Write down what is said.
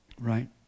right